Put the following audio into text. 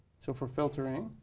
so for filtering.